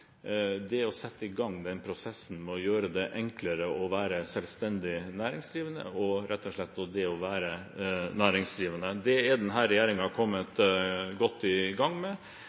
er å sette i gang prosessen med å gjøre det enklere å være selvstendig næringsdrivende og rett og slett å være næringsdrivende. Det har denne regjeringen kommet godt i gang med.